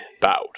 Bowed